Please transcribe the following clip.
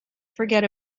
forget